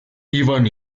iban